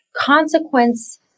Consequence